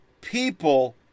people